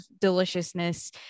deliciousness